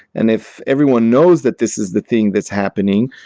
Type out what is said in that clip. and if everyone knows that this is the thing that's happening,